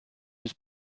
was